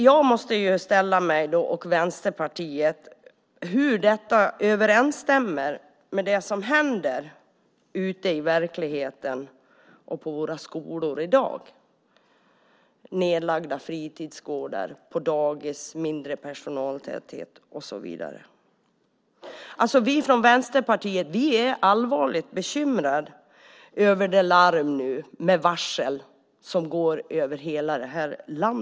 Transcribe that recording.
Jag och Vänsterpartiet undrar hur det överensstämmer med det som händer i verkligheten och på våra skolor i dag med nedlagda fritidsgårdar, mindre personaltäthet på dagis och så vidare. Vi i Vänsterpartiet är allvarligt bekymrade över det larm om varsel som går över hela landet.